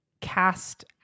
cast